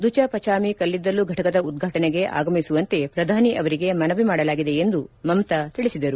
ದ್ಯುಚಪಚಾಮಿ ಕಲ್ಲಿದ್ದಲು ಘಟಕದ ಉದ್ಘಾಟನೆಗೆ ಆಗಮಿಸುವಂತೆ ಪ್ರಧಾನಿ ಅವರಿಗೆ ಮನವಿ ಮಾಡಲಾಗಿದೆ ಎಂದು ಮಮತಾ ತಿಳಿಸಿದರು